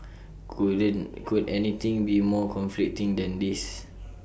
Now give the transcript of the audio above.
couldn't could anything be more conflicting than this